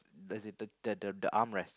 does it the the the arm rest